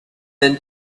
them